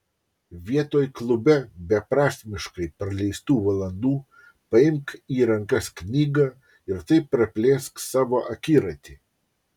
vietoj klube beprasmiškai praleistų valandų paimk į rankas knygą ir taip praplėsk savo akiratį